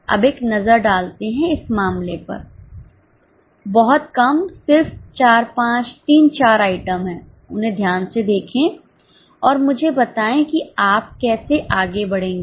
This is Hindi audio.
अब एक नज़र डालते हैं इस मामले पर बहुत कम सिर्फ 4 5 3 4 आइटम हैं उन्हें ध्यान से देखें और मुझे बताएं कि आप कैसे आगे बढ़ेंगे